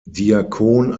diakon